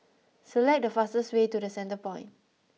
select the fastest way to The Centrepoint